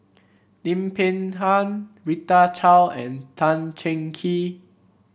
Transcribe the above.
Lim Peng Han Rita Chao and Tan Cheng Kee